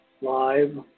live